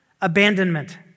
abandonment